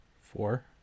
Four